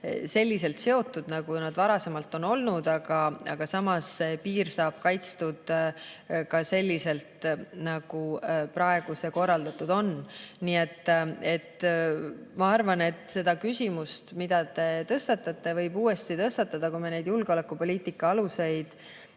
selliselt seotud, nagu nad varasemalt on olnud, aga samas saab piir kaitstud ka selliselt, nagu see praegu korraldatud on. Nii et ma arvan, et seda küsimust, mida te tõstatate, võib uuesti tõstatada, kui me julgeolekupoliitika aluseid